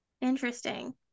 Interesting